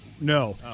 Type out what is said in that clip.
No